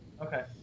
Okay